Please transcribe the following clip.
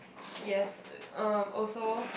yes uh also